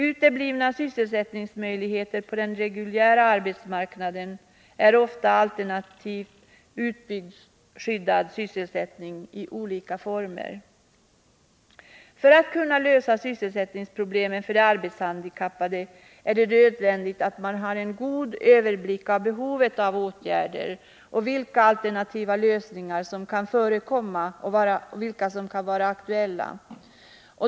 Uteblivna sysselsättningsmöjligheter på den reguljära arbetsmarknaden leder ofta till behov av utbyggd skyddad sysselsättning i olika former. För att kunna lösa sysselsättningsproblemen för de arbetshandikappade är det nödvändigt att man har en god överblick över behovet av åtgärder och vilka alternativa lösningar som kan vara aktuella.